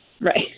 Right